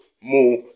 more